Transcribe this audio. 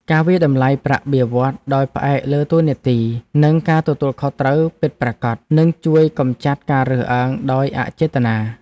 ការវាយតម្លៃប្រាក់បៀវត្សរ៍ដោយផ្អែកលើតួនាទីនិងការទទួលខុសត្រូវពិតប្រាកដនឹងជួយកម្ចាត់ការរើសអើងដោយអចេតនា។